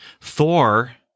Thor